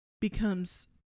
becomes